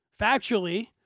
factually